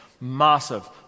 massive